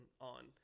on